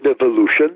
evolution